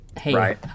Hey